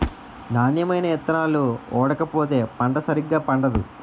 నాణ్యమైన ఇత్తనాలు ఓడకపోతే పంట సరిగా పండదు